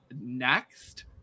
next